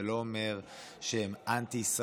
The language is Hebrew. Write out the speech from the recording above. זה לא אומר שהם אנטי-ישראל.